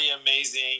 amazing